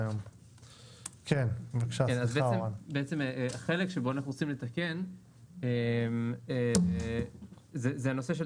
אז בעצם החלק שבו אנחנו רוצים לתקן זה הנושא של